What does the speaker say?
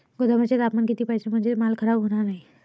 गोदामाचे तापमान किती पाहिजे? म्हणजे माल खराब होणार नाही?